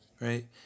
right